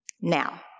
Now